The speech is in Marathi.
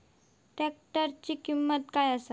ट्रॅक्टराची किंमत काय आसा?